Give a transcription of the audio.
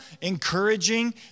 encouraging